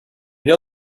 know